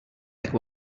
like